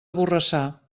borrassà